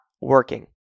working